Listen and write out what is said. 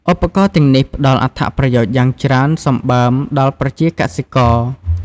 ឧបករណ៍ទាំងនេះផ្ដល់អត្ថប្រយោជន៍យ៉ាងច្រើនសម្បើមដល់ប្រជាកសិករ។